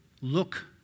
look